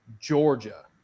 Georgia